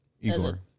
Igor